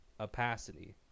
opacity